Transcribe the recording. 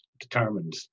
determined